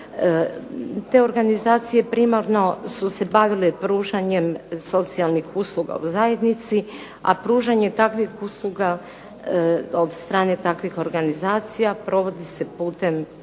Te organizacije primarno su se bavile pružanjem socijalnih usluga u zajednici, a pružanje takvih usluga od strane takvih organizacija provodi se putem